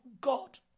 God